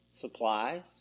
supplies